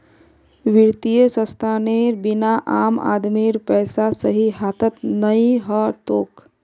वित्तीय संस्थानेर बिना आम आदमीर पैसा सही हाथत नइ ह तोक